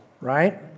right